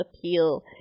appeal